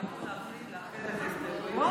כיו"ר הוועדה יכול לאחד את הדקות,